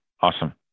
Awesome